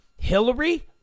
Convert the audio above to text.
Hillary